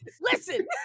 Listen